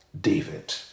David